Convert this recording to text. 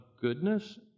goodness